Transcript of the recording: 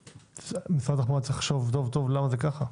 משרד התחבורה צריך לחשוב, למה זה כך.